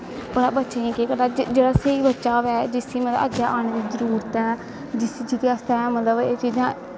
बच्चें गी केह् करदा जेह्ड़ा स्हेई बच्चा होऐ उसी मतलव अग्गैं अनें दी जरूरत ऐ जेह्दै आस्तै मतलव एह् चीजां